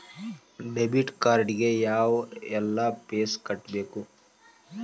debit card ಗೆ ಯಾವ್ಎಲ್ಲಾ fees ಕಟ್ಬೇಕು